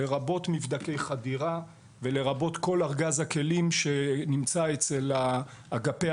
לרבות מבדקי חדירה ולרבות כל ארגז הכלים שנמצא אצל אגפי